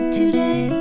today